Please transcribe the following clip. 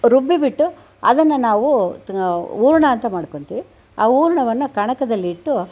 ರುಬ್ಬಿಬಿಟ್ಟು ಅದನ್ನು ನಾವು ಹೂರಣ ಅಂತ ಮಾಡ್ಕೊತೀವಿ ಆ ಹೂರಣವನ್ನು ಕಣಕದಲ್ಲಿಟ್ಟು